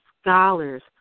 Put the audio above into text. scholars